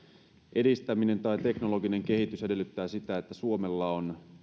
edistäminen tai teknologinen kehitys edellyttävät sitä että suomella on